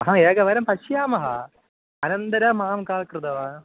हा एकवारं पश्यामः अनन्तरम् अहं किं कृतवान्